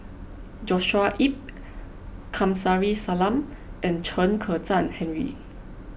Joshua Ip Kamsari Salam and Chen Kezhan Henri